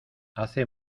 hace